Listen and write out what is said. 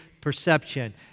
perception